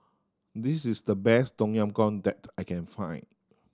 this is the best Tom Yam Goong that I can find